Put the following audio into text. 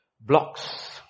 blocks